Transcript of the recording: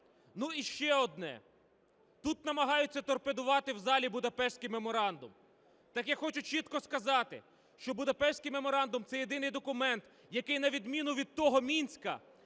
Ну, і ще одне. Тут намагаються торпедувати в залі Будапештський меморандум. Так я хочу чітко сказати, що Будапештський меморандум – це єдиний документ, який на відміну від того "Мінська",